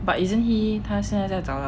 but isn't he 他现在在找了 right